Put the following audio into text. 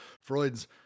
Freud's